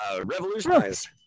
Revolutionized